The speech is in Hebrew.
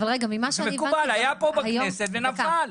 היה פה בכנסת ונפל.